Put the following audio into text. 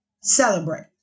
celebrate